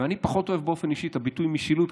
ואני פחות אוהב באופן אישי את הביטוי "משילות",